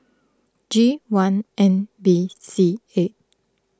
G one N B C eight